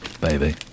baby